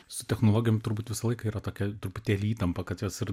su technologijom turbūt visą laiką yra tokia truputėlį įtampa kad kas ir